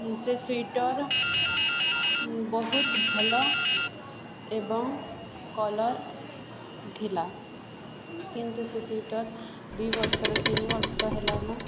ସେ ସ୍ଵିଟର୍ ବହୁତ ଭଲ ଏବଂ କଲର୍ ଥିଲା କିନ୍ତୁ ସେ ସ୍ଵିଟର୍ ଦୁଇ ବର୍ଷରୁ ତିନି ବର୍ଷ ହେଲାନ